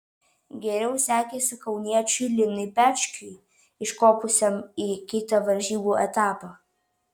geriau sekėsi kauniečiui linui pečkiui iškopusiam į kitą varžybų etapą